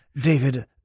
David